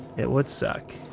it would suck.